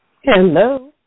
Hello